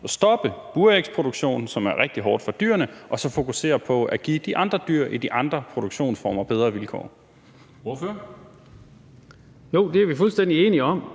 og stoppe burægsproduktionen, som er rigtig hård for dyrene, og så fokusere på at give de andre dyr i de andre produktionsformer bedre vilkår? Kl. 13:29 Formanden (Henrik Dam